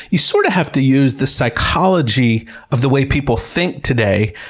you sort of have to use the psychology of the way people think today,